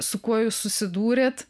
su kuo jūs susidūrėt